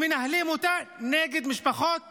שמנהלים אותה נגד משפחות חלשות,